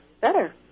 better